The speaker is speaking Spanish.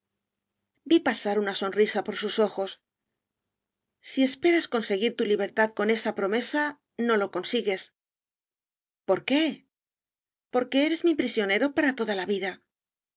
vi pasar una sonrisa por sus ojos si esperas conquistar tu libertad con esa promesa no lo consigues por qué porque eres mi prisionero para toda la vida